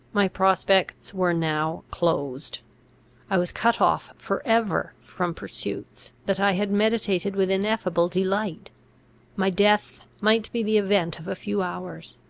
my prospects were now closed i was cut off for ever from pursuits that i had meditated with ineffable delight my death might be the event of a few hours.